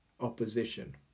opposition